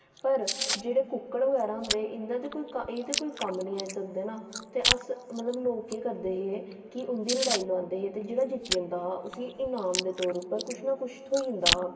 पर जेह्ड़े कुक्कड़ बगैरा होंदे इं'दे एह् ते कोई कम्म नेईं आई सकदे हे ना ते अस लोक केह् करदे हे कि उं'दी लड़ाई लुआंदे हे ते जेह्ड़ा जित्ती जंदा हां उस्सी इनाम दे तौर पर कुछ ना कुछ थ्होई जंदा हा